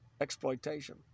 exploitation